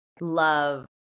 love